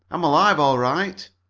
i'm alive, all right